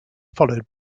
followed